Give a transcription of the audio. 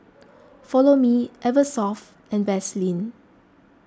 Follow Me Eversoft and Vaseline